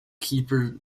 keeper